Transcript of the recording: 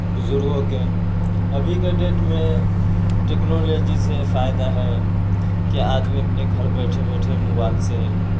بزرگوں کے ابھی کے ڈیٹ میں ٹیکنالیجی سے فائدہ ہے کہ آدمی اپنے گھر بیٹھے بیٹھے موبائل سے